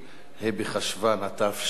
ה' בחשוון התשע"ב,